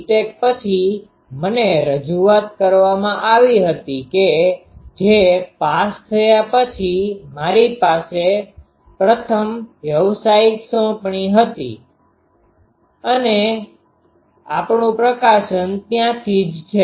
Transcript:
tech પછી મને રજૂઆત કરવામાં આવી હતી કે જે પાસ થયા પછી મારી પ્રથમ વ્યાવસાયિક સોંપણી હતી અને આપણું પ્રકાશન ત્યાંથી છે